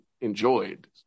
enjoyed